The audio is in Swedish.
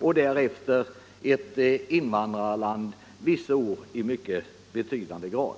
och därefter som ett invandrarland, vissa år i mycket betydande grad.